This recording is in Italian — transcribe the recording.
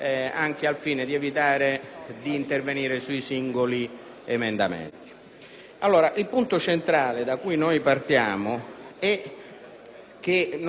Il punto centrale da cui partiamo è che non si può fare una riforma fiscale